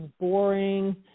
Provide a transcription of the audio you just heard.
boring